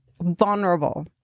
vulnerable